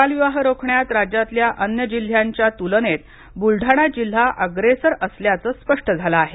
बालविवाह रोखण्यात राज्यातल्या अन्य जिल्ह्यांच्या तुलनेत बुलडाणा जिल्हा अग्रेसर असल्याचं स्पष्ट झालं आहे